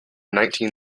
nineteen